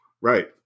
Right